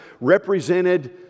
represented